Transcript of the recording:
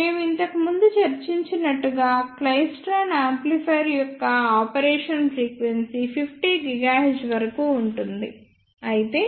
మేము ఇంతకుముందు చర్చించినట్లుగా క్లైస్ట్రాన్ యాంప్లిఫైయర్ యొక్క ఆపరేషన్ ఫ్రీక్వెన్సీ 50 GHz వరకు ఉంటుంది అయితే